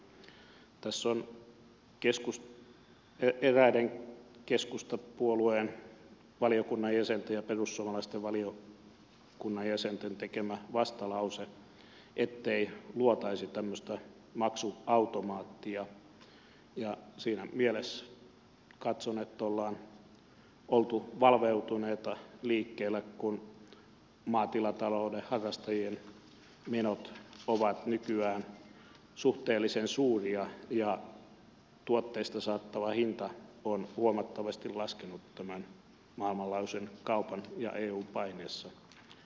tässä on eräiden valiokunnan keskustapuolueen jäsenten ja valiokunnan perussuomalaisten jäsenten tekemä vastalause ettei luotaisi tämmöistä maksuautomaattia ja siinä mielessä katson että ollaan oltu valveutuneina liikkeellä kun maatilatalouden harrastajien menot ovat nykyään suhteellisen suuria ja tuotteista saatava hinta on huomattavasti laskenut tämän maailmanlaajuisen kaupan ja eun paineessa